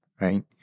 Right